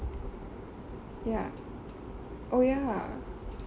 ya oh ya